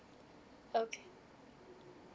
okay